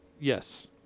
yes